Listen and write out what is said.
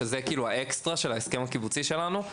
שהם בעצם ה- Extra של ההסכם הקיבוצי שלנו.